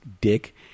dick